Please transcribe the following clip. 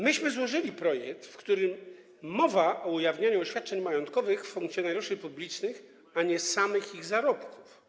Myśmy złożyli projekt, w którym mowa o ujawnianiu oświadczeń majątkowych funkcjonariuszy publicznych, a nie samych ich zarobków.